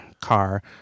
car